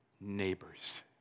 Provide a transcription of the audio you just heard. neighbors